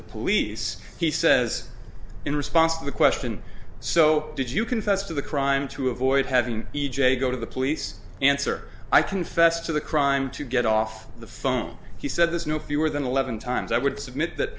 the police he says in response to the question so did you confess to the crime to avoid having e j go to the police answer i confessed to the crime to get off the phone he said there's no fewer than eleven times i would submit that